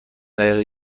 دقیقه